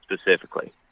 specifically